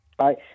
Hi